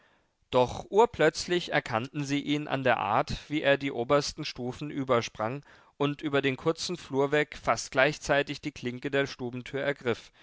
doch urplötzlich erkannten sie ihn an der art wie er die obersten stufen übersprang und über den kurzen flur weg fast gleichzeitig die klinke der stubentür ergriff